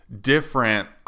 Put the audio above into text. different